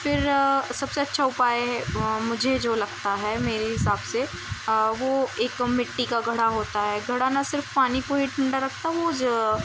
پھر سب سے اچھا اپائے ہے مجھے جو لگتا ہے میرے حساب سے وہ ایک مٹی کا گھڑا ہوتا ہے گھڑا نہ صرف پانی کو ہی ٹھنڈا رکھتا وہ